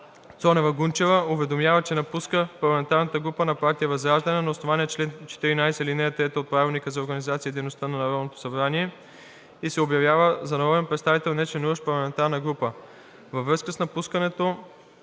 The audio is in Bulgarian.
Цонева Гунчева уведомява, че напуска парламентарната група на партия ВЪЗРАЖДАНЕ на основание чл. 14, ал. 3 от Правилника за организацията и дейността на Народното събрание и се обявява за народен представител – нечленуващ в парламентарна група. Във връзка с напускането